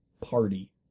party